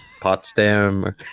potsdam